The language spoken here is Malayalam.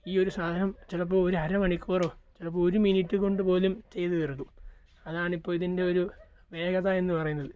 ഈ ഒരു സാധനം ചിലപ്പോൾ ഒരു അര മണിക്കൂറോ ചിലപ്പോൾ ഒരു മിനിറ്റ് കൊണ്ട് പോലും ചെയ്ത് തീർക്കും അതാണ് ഇപ്പോൾ ഇതിൻ്റെ ഒരു വേഗത എന്ന് പറയുന്നത്